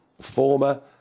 former